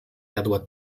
jadła